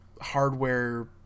hardware